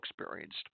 experienced